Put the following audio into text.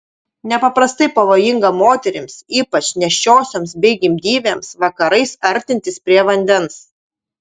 nepaprastai pavojinga moterims ypač nėščiosioms bei gimdyvėms vakarais artintis prie vandens